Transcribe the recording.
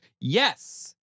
Yes